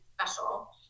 special